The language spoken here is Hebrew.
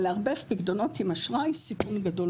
אבל לערבב פיקדונות עם אשראי סיכון גדול